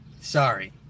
Sorry